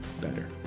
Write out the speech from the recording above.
better